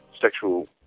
sexual